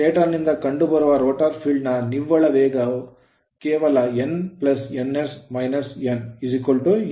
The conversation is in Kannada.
ಸ್ಟಾಟರ್ ನಿಂದ ಕಂಡುಬರುವ ರೋಟರ್ ಫೀಲ್ಡ್ ನ ನಿವ್ವಳ ವೇಗವು ಕೇವಲ n ns n ns